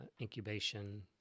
incubation